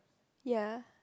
ya